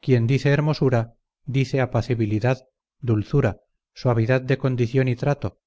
quien dice hermosura dice apacibilidad dulzura suavidad de condición y trato